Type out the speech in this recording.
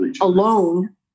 alone